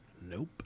Nope